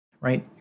right